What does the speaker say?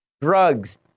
drugs